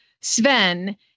Sven